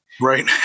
Right